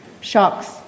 shocks